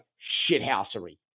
shithousery